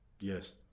Yes